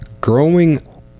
Growing